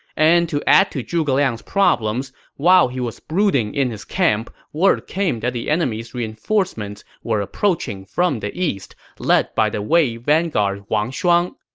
and to add to zhuge liang's problems, while he was brooding in his camp, word came that the enemy's reinforcements were approaching from the east, led by the wei vanguard wang shuang.